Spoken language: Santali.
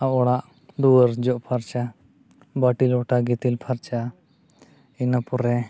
ᱟᱲᱟᱜ ᱫᱩᱣᱟᱹᱨ ᱡᱚᱜ ᱯᱷᱟᱨᱪᱟ ᱵᱟᱹᱴᱤ ᱞᱚᱴᱟ ᱜᱤᱛᱤᱞ ᱯᱷᱟᱨᱪᱟ ᱤᱱᱟᱹᱯᱚᱨᱮ